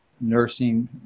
nursing